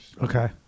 okay